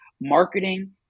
marketing